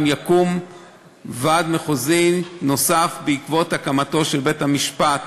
גם יקום ועד מחוזי נוסף בעקבות הקמתו של בית-המשפט